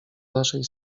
naszej